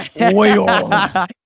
oil